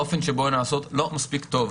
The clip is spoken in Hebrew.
האופן שבו הם נעשים הוא לא מספיק טוב.